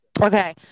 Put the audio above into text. Okay